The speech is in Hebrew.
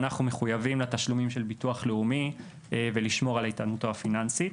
אנחנו מחויבים לתשלומים של ביטוח לאומי ולשמירה על איתנותו הפיננסית.